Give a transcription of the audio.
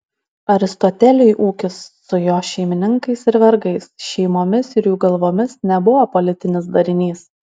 aristoteliui ūkis su jo šeimininkais ir vergais šeimomis ir jų galvomis nebuvo politinis darinys